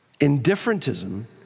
Indifferentism